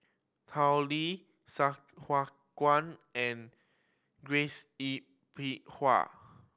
Tao Li Sai Hua Kuan and Grace Yin Peck Ha